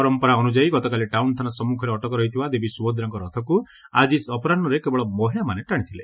ପରମ୍ପରା ଅନୁଯାୟୀ ଗତକାଲି ଟାଉନଥାନା ସମ୍ମୁଖରେ ଅଟକ ରହିଥିବା ଦେବୀ ସୁଭଦ୍ରାଙ୍କ ରଥକୁ ଆଜି ଅପରାହ୍ବରେ କେବଳ ମହିଳାମାନେ ଟାଣିଥିଲେ